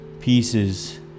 pieces